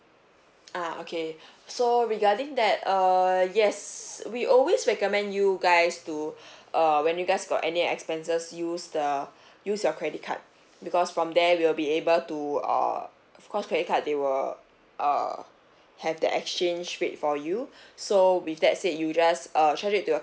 ah okay so regarding that err yes we always recommend you guys to uh when you guys got any expenses use the use your credit card because from there we'll be able to err of course credit card they will uh have the exchange rate for you so with that say you just uh charge it to your